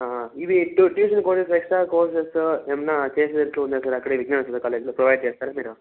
ఇవి tuition courses extra courses ఏమన్నా చేసేటట్లు ఉందా సార్ అక్కడే కాలేజ్లో ప్రొవైడ్ చేస్తారా మీరు